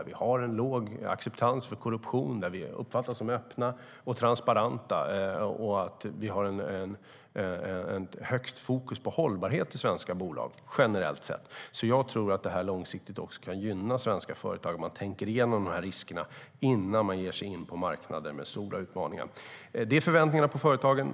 Vi har en låg acceptans för korruption, vi uppfattas som öppna och transparenta och vi har stort fokus på hållbarhet i svenska bolag, generellt sett. Jag tror att det kan gynna svenska företag långsiktigt att tänka igenom riskerna innan man ger sig in på marknader med stora utmaningar. Det var förväntningarna på företagen.